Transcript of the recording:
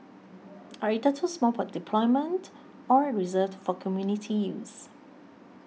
are either too small for deployment or reserved for community use